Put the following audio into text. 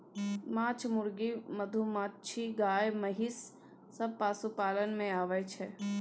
माछ, मुर्गी, मधुमाछी, गाय, महिष सब पशुपालन मे आबय छै